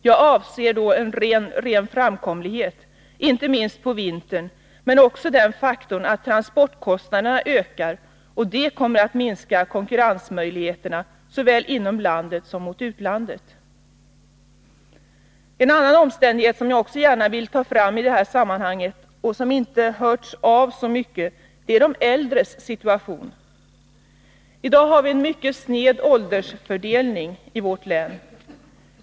Jag avser då ren framkomlighet — inte minst på vintern — men också det faktum att transportkostnaderna ökar, och det kommer att minska konkurrensmöjligheterna såväl inom landet som mot utlandet. En annan omständighet som jag gärna vill ta fram i detta sammanhang, som inte hörts så mycket om, är de äldres situation. I dag har vi en mycket sned åldersfördelning i vårt län.